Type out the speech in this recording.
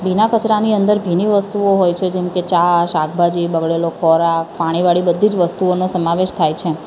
ભીના કચરાની અંદર ભીની વસ્તુઓ હોય છે જેમ કે ચા શાકભાજી બગડેલો ખોરાક પાણીવાળી બધી જ વસ્તુઓનો સમાવેશ થાય છે